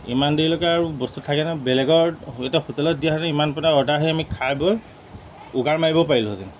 ইমান দেৰিলৈকে আৰু বস্তু থাকেনে বেলেগৰ এতিয়া হোটেলত দিয়া হ'লে ইমান পৰে অৰ্ডাৰ আহি আমি খাই বৈ উগাৰ মাৰিব পাৰিলোঁ হেতেন